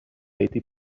été